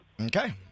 Okay